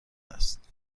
است